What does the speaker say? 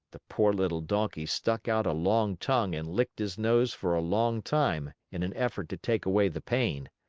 the poor little donkey stuck out a long tongue and licked his nose for a long time in an effort to take away the pain.